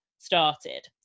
started